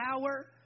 power